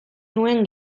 nuen